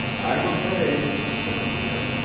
i'm afraid, said pierre,